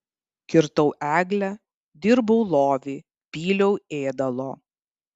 kirtau eglę dirbau lovį pyliau ėdalo